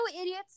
Idiots